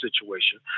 situation